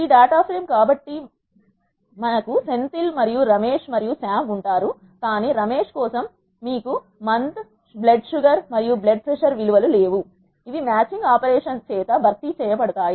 ఈ data frame కాబట్టి మీకు సెంథిల్ రమేశ్ మరియు సామ్ ఉంటారు కానీ రమేశ్ కోసం మీకు మంత్ బ్లడ్ షుగర్ మరియు యు బ్లడ్ ప్రషర్ విలువ లు లేవు ఇవి మ్యాచింగ్ ఆపరేషన్ చేత భర్తీ చేయబడతాయి